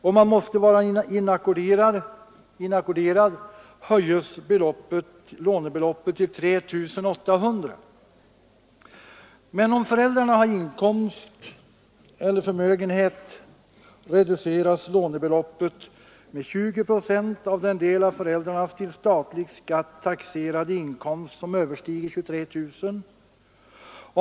Om eleven måste vara inackorderad höjs lånebeloppet till 3 800 kronor. Men om föräldrarna har inkomst eller förmögenhet reduceras lånebeloppet med 20 procent av den del av föräldrarnas till statlig skatt taxerade inkomst som överstiger 23 000 kronor.